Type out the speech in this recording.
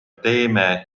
teeme